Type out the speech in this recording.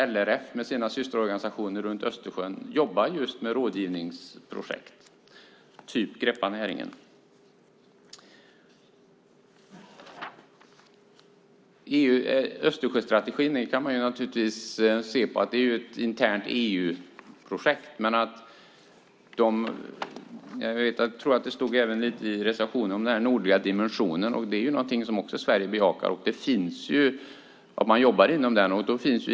LRF med sina systerorganisationer runt Östersjön jobbar just med rådgivningsprojekt, typ Greppa näringen. Man kan naturligtvis säga att Östersjöstrategin är ett internt EU-projekt. I en reservation står det även om den nordliga dimensionen, och Sverige bejakar att man jobbar inom den.